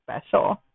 special